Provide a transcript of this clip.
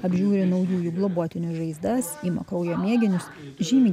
apžiūri naujųjų globotinių žaizdas ima kraujo mėginius žymi